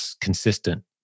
consistent